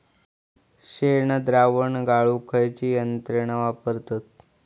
शेणद्रावण गाळूक खयची यंत्रणा वापरतत?